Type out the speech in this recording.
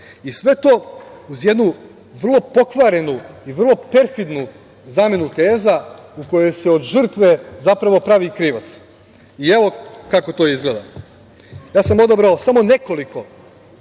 I sve to uz jednu vrlo pokvarenu i vrlo perfidnu zamenu teza, u kojoj se od žrtve zapravo pravi krivac. Evo kako to izgleda. Odabrao sam samo nekoliko